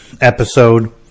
episode